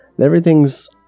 Everything's